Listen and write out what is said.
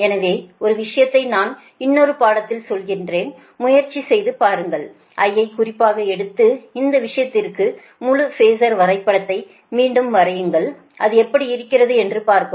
எனவே ஒரு விஷயத்தை நான் இன்னொரு பாடத்தில் சொல்கிறேன் முயற்சி செய்து பாருங்கள் I ஐ குறிப்பாக எடுத்து இந்த விஷயத்திற்கான முழு ஃபேஸர் வரைபடத்தை மீண்டும் வரையுங்கள் அது எப்படி இருக்கிறது என்று பார்க்கவும்